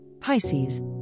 Pisces